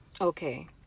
Okay